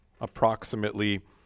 approximately